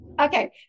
Okay